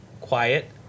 quiet